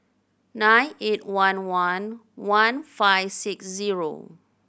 nine eight one one one five six zero